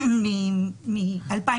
מ-2015,